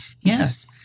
Yes